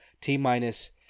T-minus